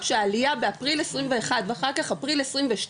שהעלייה באפריל 21 ואחר כך אפריל 22,